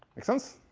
makes sense?